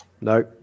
No